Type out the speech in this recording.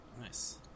nice